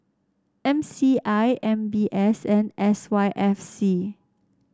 M C I M B S and S Y F C